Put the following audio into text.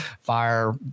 fire